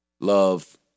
Love